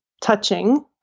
touching